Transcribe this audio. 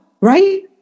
right